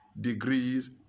degrees